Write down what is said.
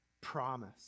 promise